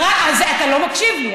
אתה לא מקשיב לי.